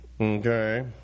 Okay